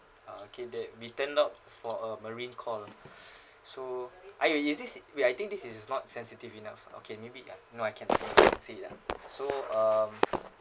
uh okay that we turned up for a marine call ah so !aiyo! is this is wait I think this is is not sensitive enough or can leave it ah no I cannot say lah so um